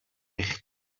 eich